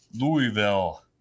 louisville